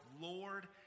Lord